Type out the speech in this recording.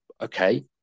okay